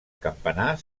campanar